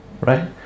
right